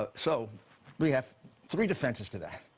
ah so we have three defenses to that.